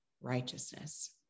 righteousness